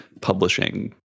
publishing